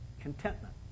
Contentment